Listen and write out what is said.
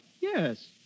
Yes